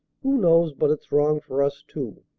who knows but it's wrong for us, too?